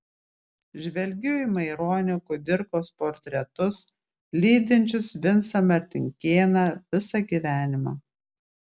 žvelgiu į maironio kudirkos portretus lydinčius vincą martinkėną visą gyvenimą